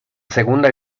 segunda